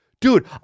Dude